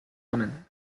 women